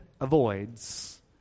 avoids